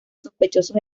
sospechosos